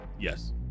Yes